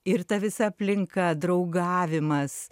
ir ta visa aplinka draugavimas